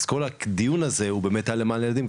אז כל הדיון הזה הוא באמת היה למען הילדים,